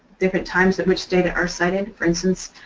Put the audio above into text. different times at which data are cited, for instance.